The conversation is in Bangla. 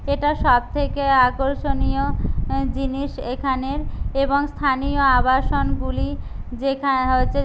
এটা সব থেকে আকর্ষনীয় জিনিস এখানের এবং স্থানীয় আবাসনগুলি যেখা হচ্ছে যে